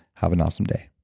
have an awesome day